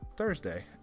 thursday